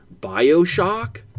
Bioshock